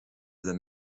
than